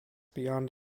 beyond